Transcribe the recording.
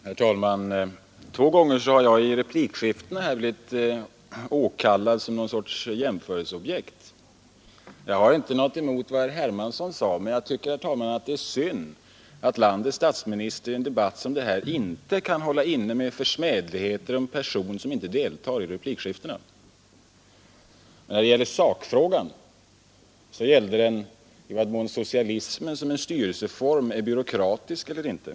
Herr talman! Två gånger har jag i replikskiftena blivit åberopad som något slags jämförelseobjekt. Jag har ingenting emot vad herr Hermansson sade, men jag tycker, herr talman, att det är synd att landets statsminister i en debatt som den här inte kan hålla inne med försmädligheter om en person som inte deltar i replikskiftet. Sakfrågan gällde i vad mån socialismen som styrelseform är byråkratisk eller inte.